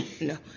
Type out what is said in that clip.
no